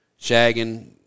shagging